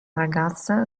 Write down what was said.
ragazza